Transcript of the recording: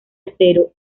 acero